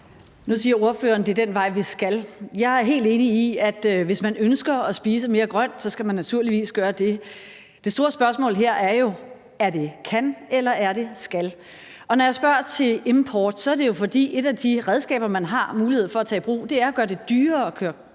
Nu siger ordføreren, at det er den vej vi skal. Jeg er helt enig i, at hvis man ønsker at spise mere grønt, skal man naturligvis gøre det. Det store spørgsmål her er jo: Er det »kan«, eller er det »skal«? Når jeg spørger til import, er det jo, fordi et af de redskaber, man har mulighed for at tage i brug, er at gøre det dyrere at købe kød.